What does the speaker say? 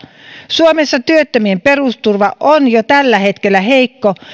suomessa työttömien perusturva on jo tällä hetkellä heikko